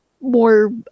more